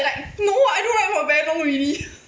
no I do like that for very long already